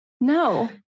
No